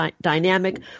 dynamic